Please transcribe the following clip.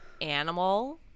animal